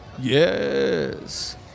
Yes